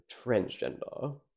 transgender